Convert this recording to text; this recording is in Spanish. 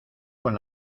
con